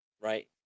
right